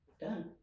done